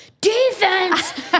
defense